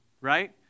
right